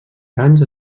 danys